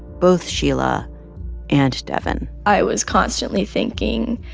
both sheila and devyn i was constantly thinking,